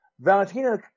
Valentina